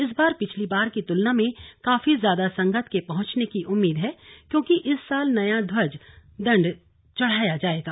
इस बार पिछली बार की तुलना में काफी ज्यादा संगत के पहुंचने की उम्मीद है क्योंकि इस साल नया ध्वज दंड चढ़ाया जाएगा